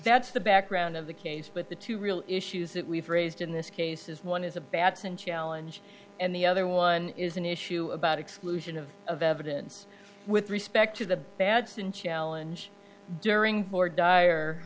that's the background of the case but the two real issues that we've raised in this case is one is a batson challenge and the other one is an issue about exclusion of of evidence with respect to the bad and challenge during more dire